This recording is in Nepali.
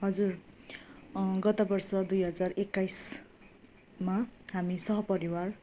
हजुर गत वर्ष दुई हजार एक्काइसमा हामी सपरिवार